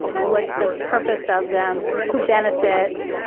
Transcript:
what's the purpose of them? who benefits?